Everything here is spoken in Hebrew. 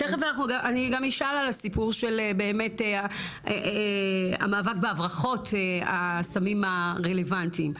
תיכף אני גם אשאל על הסיפור של באמת המאבק בהברחות הסמים הרלוונטיים,